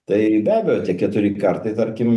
tai be abejo tie keturi kartai tarkim